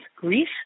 grief